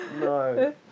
No